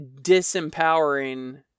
disempowering